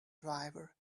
driver